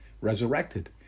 resurrected